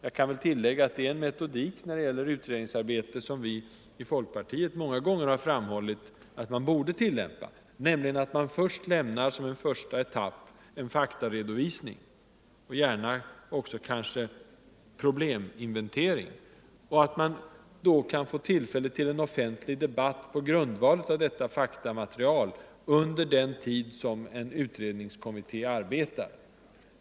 Jag kan tillägga att det är en metodik när det gäller utredningsarbete som vi inom folkpartiet många gånger har framhållit att man borde tillämpa. Den innebär att man som en första etapp lämnar en faktaredovisning och gärna också gör en probleminventering, så att man kan få tillfälle till en offentlig debatt på grundval av detta faktamaterial under den tid som en utredningskommitté arbetar.